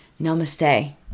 Namaste